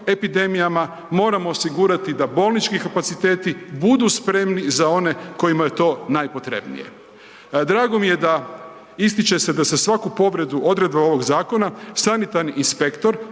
epidemijama moramo osigurati da bolnički kapaciteti budu spremni za one kojima je to najpotrebnije. Drago mi je da, ističe se da za svaku povredu odredba ovog zakona sanitarni inspektor